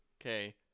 okay